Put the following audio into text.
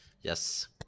yes